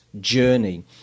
journey